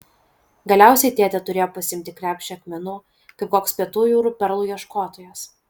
galiausiai tėtė turėjo pasiimti krepšį akmenų kaip koks pietų jūrų perlų ieškotojas